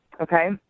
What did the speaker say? Okay